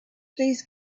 please